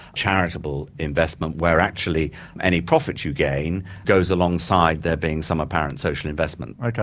charitable investment where actually any profit you gain, goes alongside there being some apparent social investment. okay.